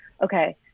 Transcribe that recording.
okay